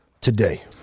today